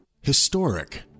Historic